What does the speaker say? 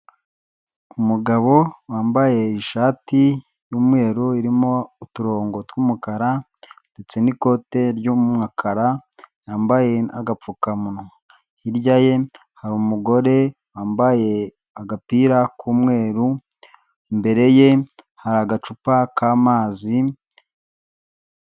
Umugabo wambaye ishati yumweru irimo uturongo tw'umukara, ndetse n'ikote ry'umukara, yambaye agapfukamunwa hirya ye hari umugore wambaye agapira k'umweru imbere ye hari agacupa k'amazi...